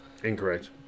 Incorrect